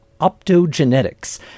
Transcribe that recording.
optogenetics